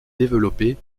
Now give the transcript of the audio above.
développé